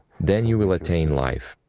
then you will attain life.